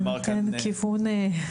זה נותן קצת כיוון.